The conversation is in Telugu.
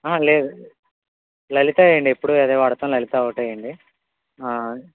లేదు లలిత వేయండి ఎప్పుడూ అదే వాడతా లలితా ఒకటే వేయండి